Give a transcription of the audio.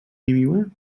niemiłe